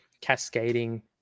cascading